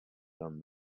done